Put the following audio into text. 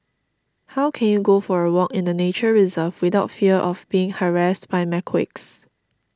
how can you go for a walk in a nature reserve without fear of being harassed by macaques